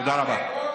תודה רבה.